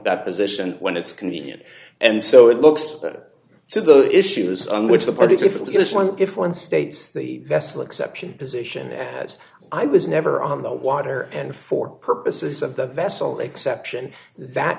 that position when it's convenient and so it looks so the issues on which the party if it was just one if one states the vessel exception position as i was never on the water and for purposes of the vessel exception that